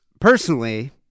Personally